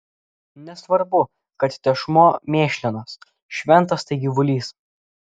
nesvarbu kad tešmuo mėšlinas šventas tai gyvulys